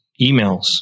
emails